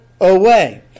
away